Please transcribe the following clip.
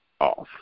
off